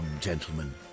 gentlemen